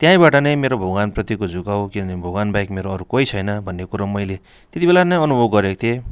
त्यहीँबाट नै मेरो भगवान्प्रतिको झुकाउ किनभने भगवान्बाहेक मेरो अरू कोही छैन भन्ने कुरो मैले त्यतिबेला नै अनुभव गरेको थिएँ